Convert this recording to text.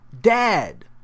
dad